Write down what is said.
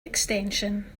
extension